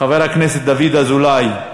חבר הכנסת דוד אזולאי,